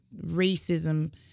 racism